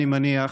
אני מניח,